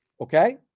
okay